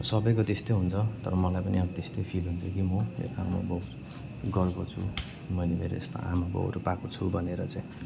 सबैको त्यस्तै हुन्छ तर मलाई पनि अब त्यस्तै फिल हुन्थ्यो कि म मेरो आमाबाउ गर्व छु मैले मेरो यस्तो आमाबाउहरू पाएको छु भनेर चाहिँ